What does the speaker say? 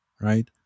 right